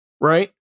right